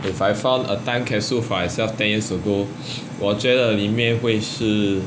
if I found a time capsule for myself ten years ago 我觉得里面会是